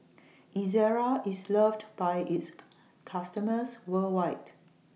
Ezerra IS loved By its customers worldwide